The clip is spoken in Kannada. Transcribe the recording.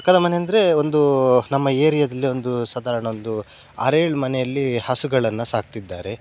ಪಕ್ಕದ ಮನೆ ಅಂದರೆ ಒಂದೂ ನಮ್ಮ ಏರಿಯಾದಲ್ಲಿ ಒಂದು ಸಧಾರಣ ಒಂದು ಆರೇಳು ಮನೆಯಲ್ಲಿ ಹಸುಗಳನ್ನ ಸಾಕ್ತಿದ್ದಾರೆ